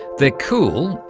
they're cool,